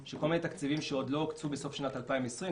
כל מיני תקציבים שעוד לא הוקצו בסוף שנת 2020,